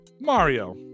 Mario